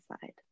side